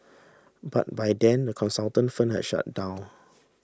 but by then the consultant firm had shut down